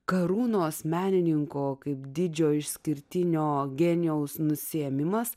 karūnos menininko kaip didžio išskirtinio genijaus nusiėmimas